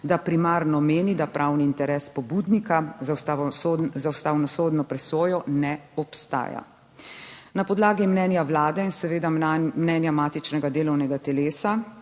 da primarno meni, da pravni interes pobudnika za ustavno sodno presojo ne obstaja. Na podlagi mnenja Vlade in seveda mnenja matičnega delovnega telesa,